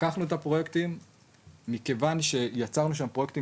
לקחנו את הפרויקטים ומכיוון שיצרנו שם פרויקטים